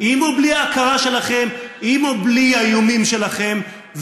עם או בלי ההכרה שלכם ועם או בלי האיומים שלכם.